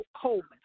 Coleman